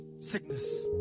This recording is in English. sickness